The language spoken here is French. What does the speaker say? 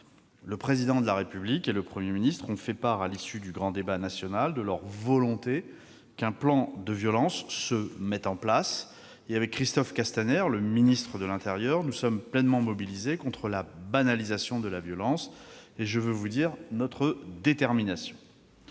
Le Président de la République et le Premier ministre ont fait part, à l'issue du grand débat national, de leur volonté qu'un plan contre les violences soit mis en place. Avec le ministre de l'intérieur, Christophe Castaner, nous sommes pleinement mobilisés contre la banalisation de la violence et je veux vous dire notre détermination.